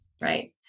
right